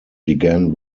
began